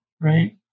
right